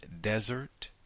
desert